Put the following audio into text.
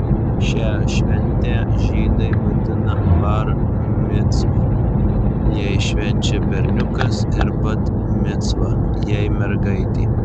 šią šventę žydai vadina bar micva jei švenčia berniukas ir bat micva jei mergaitė